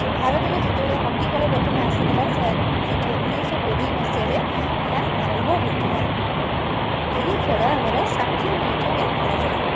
ଏ ଭାରତରେ ଯେତେବେଳେ ହକିଖେଳ ପ୍ରଥମେ ଆସିଥିଲା ସେତେବେଳେ ଉଣେଇଶହକୋଡ଼ିଏ ମସିହାରେ ଏହା ଆରମ୍ଭ ହୋଇଥିଲା ଏହି ଖେଳ ଆମର ଷାଠିଏ ମିନିଟ୍ ଯାକେ ଖେଳାଯାଏ